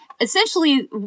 Essentially